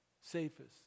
Safest